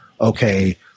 okay